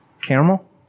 Caramel